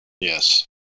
Yes